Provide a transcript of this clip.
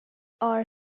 are